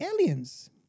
aliens